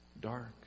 dark